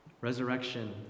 Resurrection